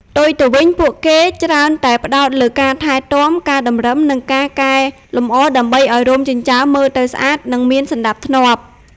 ផ្ទុយទៅវិញ ពួកគេច្រើនតែផ្តោតលើការថែទាំ ការតម្រឹម និងការកែលម្អដើម្បីឲ្យរោមចិញ្ចើមមើលទៅស្អាត និងមានសណ្តាប់ធ្នាប់។